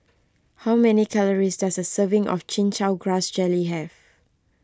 how many calories does a serving of Chin Chow Grass Jelly have